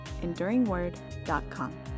EnduringWord.com